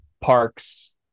parks